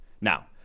now